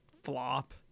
flop